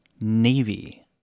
Navy